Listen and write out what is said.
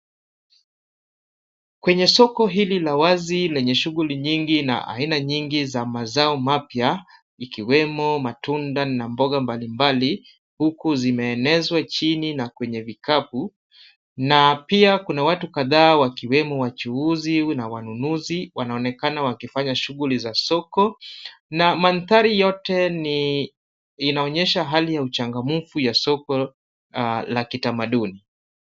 Kwenye soko hili la wazi lenye shughuli nyingi na aina nyingi za mazao mapya, vikiwemo matunda na mboga mbalimbali huku zimeenezwa chini na kwenye vikapu na pia kuna watu kadhaa wakiwemo wachuuzi na wanunuzi wanaonekana wakifanya shughuli za soko na mandhari yote inaonyesha hali ya uchangamfu ya soko la kitamaduni.